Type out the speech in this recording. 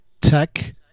Tech